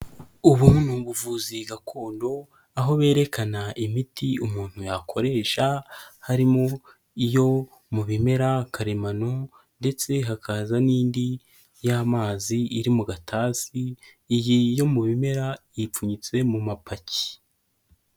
Ubu ni ubuvuzi gakondo aho berekana imiti umuntu yakoresha, harimo iyo mu bimera karemano ndetse hakaza n'indi y'amazi iri mu gatasi, iyi yo mu bimera ipfunyitse mu mapaki.